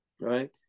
right